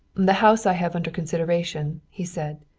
the house i have under consideration, he said,